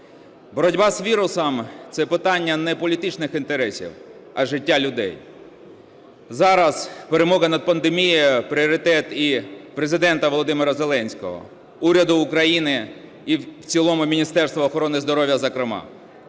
Боротьба з вірусом – це питання не політичних інтересів, а життя людей. Зараз перемога над пандемією – пріоритет і Президента Володимира Зеленського, уряду України і в цілому Міністерства охорони здоров'я зокрема.